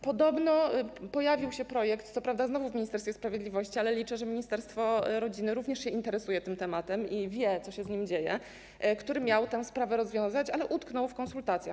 Podobno pojawił się projekt, co prawda znowu w Ministerstwie Sprawiedliwości, ale liczę, że ministerstwo rodziny również się interesuje tym tematem i wie, co się z nim dzieje, który miał tę sprawę rozwiązać, ale utknął w konsultacjach.